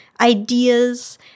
ideas